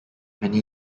many